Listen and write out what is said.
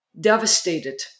devastated